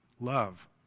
Love